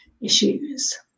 issues